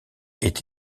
est